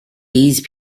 these